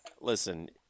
listen